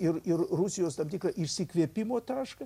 ir ir rusijos tam tikrą išsikvėpimo tašką